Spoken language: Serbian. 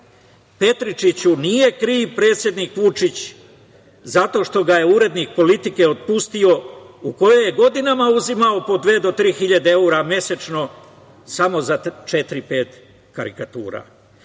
Petričiću, nije kriv predsednik Vučić zato što ga je urednik „Politike“, otpustio u kojoj je godinama uzimao po dve do tri hiljade evra mesečno samo za četiri, pet karikatura.